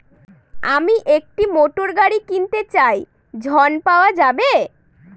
আমি একটি মোটরগাড়ি কিনতে চাই ঝণ পাওয়া যাবে?